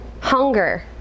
hunger